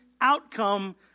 outcome